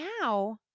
now